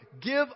Give